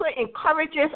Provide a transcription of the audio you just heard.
encourages